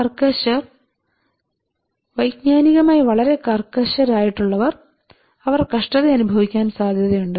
കർക്കശർ വൈജ്ഞാനികമായി വളരെ കർക്കശരായിട്ടുള്ളവർ അവർ കഷ്ടത അനുഭവിക്കാൻ സാധ്യതയുണ്ട്